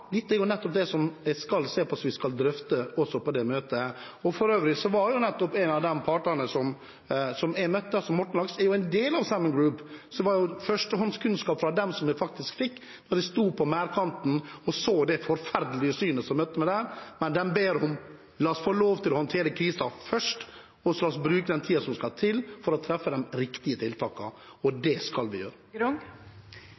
nettopp det vi skal se på og drøfte på møtet. For øvrig er nettopp en av de partene jeg møtte, Mortenlaks, en del av Salmon Group. Jeg fikk førstehåndskunnskap fra dem da jeg sto på merdekanten og så det forferdelige synet som møtte meg der. Men de ba: La oss få lov til å håndtere krisen først, la oss få bruke den tiden som må til for å treffe de riktige tiltakene. Og